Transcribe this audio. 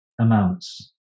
amounts